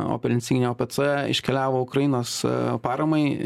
opel insignia opc iškeliavo ukrainos paramai